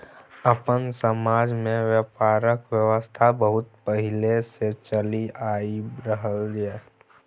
अपन समाज में ब्यापारक व्यवस्था बहुत पहले से चलि आइब रहले ये